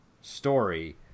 story